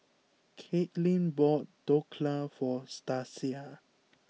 Kaitlin bought Dhokla for Stasia